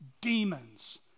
demons